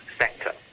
sector